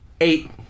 Eight